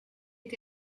est